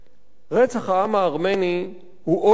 רצח העם הארמני הוא עוד שלט,